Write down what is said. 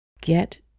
get